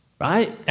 Right